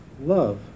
Love